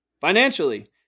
financially